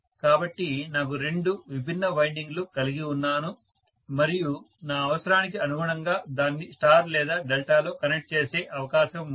కాబట్టి నాకు రెండు విభిన్న వైండింగ్లు కలిగి ఉన్నాను మరియు నా అవసరానికి అనుగుణంగా దాన్ని స్టార్ లేదా డెల్టాలో కనెక్ట్ చేసే అవకాశం ఉంది